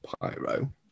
pyro